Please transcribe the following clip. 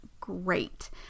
great